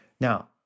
Now